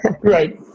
Right